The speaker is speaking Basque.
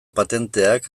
patenteak